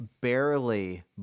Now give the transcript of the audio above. barely